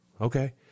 Okay